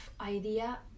idea